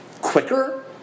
quicker